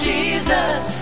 Jesus